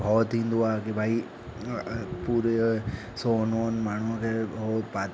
भउ थींदो आहे कि भाई पूरे सोन वोन माण्हूअ खे